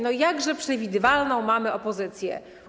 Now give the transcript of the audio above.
No jakże przewidywalną mamy opozycję.